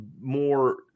more